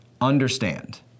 understand